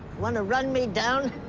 want to run me down?